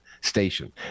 station